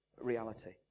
reality